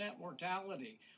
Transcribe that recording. mortality